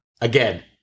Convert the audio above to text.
Again